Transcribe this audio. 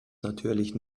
natürlich